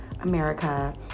America